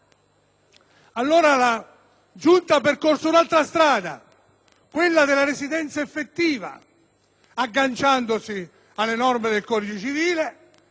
quella della residenza effettiva, agganciandosi alle norme del codice civile, in qualche modo contestando se stessa: se le leggi elettorali